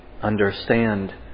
understand